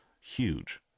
huge